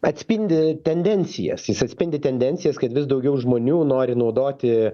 atspindi tendencijas jis atspindi tendencijas kad vis daugiau žmonių nori naudoti